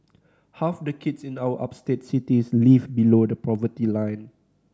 half the kids in our upstate cities live below the poverty line